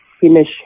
finish